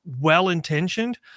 well-intentioned